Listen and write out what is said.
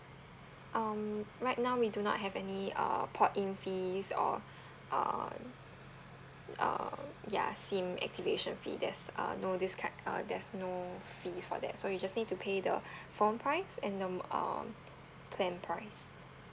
um right now we do not have any uh port in fees or uh uh ya SIM activation fee there's uh no this kin~ uh there's no fees for that so you just need to pay the phone price and um um plan price